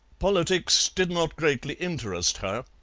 politics did not greatly interest her,